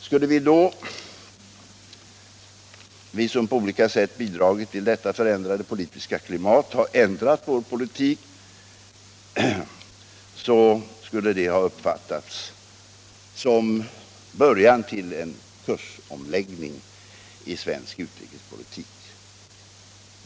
Skulle vi då, vi som på olika sätt bidragit till detta förändrade politiska klimat, ha ändrat vår politik, skulle det ha uppfattats som början till en kursomläggning i svensk utrikespolitik.